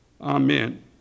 Amen